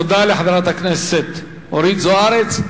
תודה לחברת הכנסת אורית זוארץ.